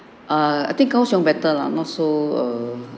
uh I think kao siong better lah not so err